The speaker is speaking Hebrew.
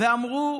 ואמרו: